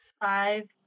Five